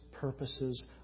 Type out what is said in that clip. purposes